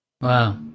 Wow